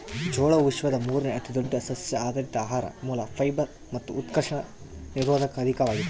ಜೋಳವು ವಿಶ್ವದ ಮೂರುನೇ ಅತಿದೊಡ್ಡ ಸಸ್ಯಆಧಾರಿತ ಆಹಾರ ಮೂಲ ಫೈಬರ್ ಮತ್ತು ಉತ್ಕರ್ಷಣ ನಿರೋಧಕ ಅಧಿಕವಾಗಿದೆ